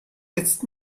ist